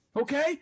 okay